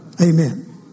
Amen